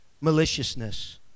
Maliciousness